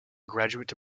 graduate